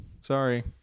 sorry